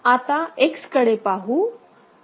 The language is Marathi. आता X कडे पाहू